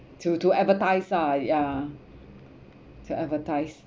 to to advertise ah ya to advertise